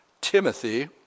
Timothy